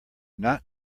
not